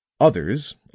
Others